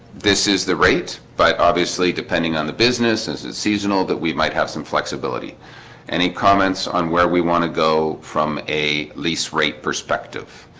this is the rate but obviously depending on the business as a seasonal that we might have some flexibility any comments on where we want to go from a lease rate perspective?